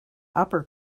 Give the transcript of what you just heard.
upper